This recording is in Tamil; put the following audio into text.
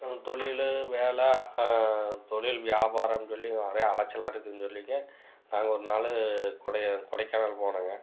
நம்ம தொழில் வேலை தொழில் வியாபாரம்னு சொல்லி ஒரே அலைச்சலா இருக்குதுன்னு சொல்லிங்க நாங்கள் ஒரு நாள் கொடை கொடைக்கானல் போனோங்க